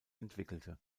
entwickelte